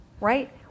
right